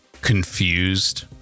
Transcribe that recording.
confused